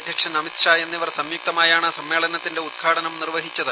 അധ്യക്ഷൻ അമിത്ഷാ എന്നിവർ സംയുക്തമായാണ് സമ്മേളനത്തിന്റെ ഉദ്ഘാടനം നിർവഹിച്ചത്